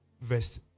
verse